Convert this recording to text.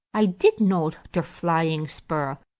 i dit know der flying spur.